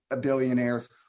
billionaires